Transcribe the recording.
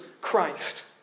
Christ